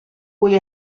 cui